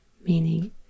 meaning